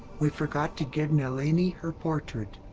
we forgot to give nalini her portrait!